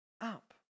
up